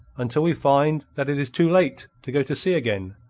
until we find that it is too late to go to sea again,